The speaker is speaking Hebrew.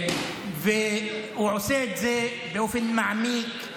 הוא עושה את זה באופן מעמיק,